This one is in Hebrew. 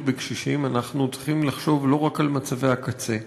בקשישים אנחנו צריכים לחשוב לא רק על מצבי הקצה.